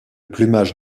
plumage